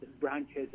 branches